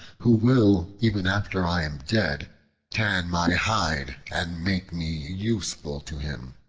who will even after i am dead tan my hide, and make me useful to him.